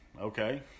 okay